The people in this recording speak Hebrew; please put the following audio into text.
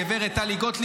גב' טלי גוטליב,